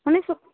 শুনিছোঁ